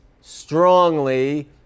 strongly